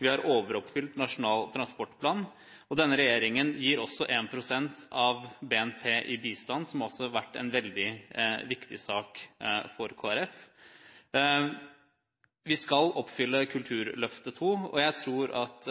vi har overoppfylt Nasjonal transportplan, og denne regjeringen gir også 1 pst. av BNP i bistand, som også har vært en veldig viktig sak for Kristelig Folkeparti. Vi skal oppfylle Kulturløftet II. Jeg tror at